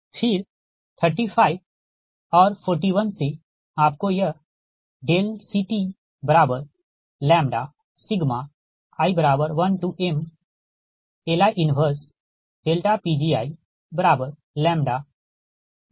फिर 35 और 41 से आपको यह CTi1mLi 1Pgiλ×PL मिलेगा